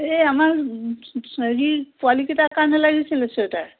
এই আমাৰ হেৰি পোৱালিকিটাৰ কাৰণে লাগিছিলে চুৱেটাৰ